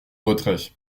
retrait